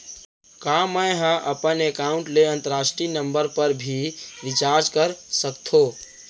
का मै ह अपन एकाउंट ले अंतरराष्ट्रीय नंबर पर भी रिचार्ज कर सकथो